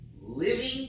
living